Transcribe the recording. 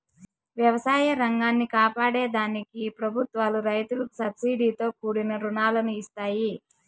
వ్యవసాయ రంగాన్ని కాపాడే దానికి ప్రభుత్వాలు రైతులకు సబ్సీడితో కూడిన రుణాలను ఇస్తాయి